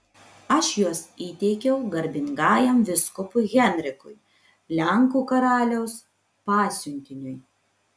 aš juos įteikiau garbingajam vyskupui henrikui lenkų karaliaus pasiuntiniui